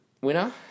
Winner